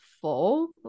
full